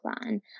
plan